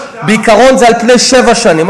בעיקרון זה על-פני שבע שנים,